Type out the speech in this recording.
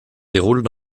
déroulent